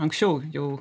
anksčiau jau